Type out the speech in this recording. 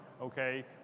okay